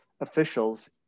officials